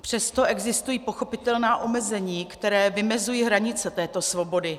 Přesto existují pochopitelná omezení, která vymezují hranice této svobody.